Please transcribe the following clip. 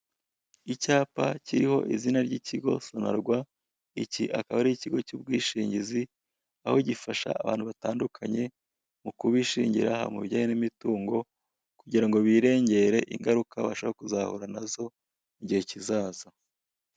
Icyapa kiriho izina ry'ikigo sanarwa, iki akaba ari ikigo cy'ubwishingizi aho gifasha abantu batandukanye mu kubishingira haba mu bijyanye n'imitungo, kugira ngo birengere ingaruka bashobora kuzahura nazo igihe kizaza.